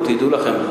תדעו לכם,